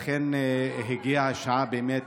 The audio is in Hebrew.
לכן, הגיעה השעה באמת